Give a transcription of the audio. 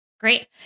Great